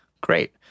Great